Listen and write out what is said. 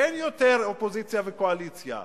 אין יותר אופוזיציה וקואליציה,